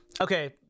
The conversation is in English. Okay